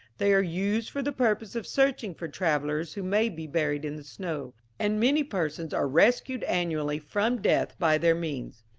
they are used for the purpose of searching for travellers who may be buried in the snow and many persons are rescued annually from death by their means.